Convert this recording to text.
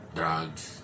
drugs